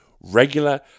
Regular